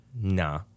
nah